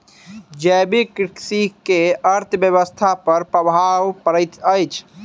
जैविक कृषि के अर्थव्यवस्था पर प्रभाव पड़ैत अछि